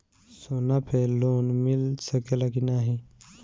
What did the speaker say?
सोना पे लोन मिल सकेला की नाहीं?